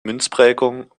münzprägung